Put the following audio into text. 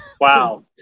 wow